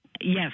Yes